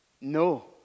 No